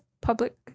public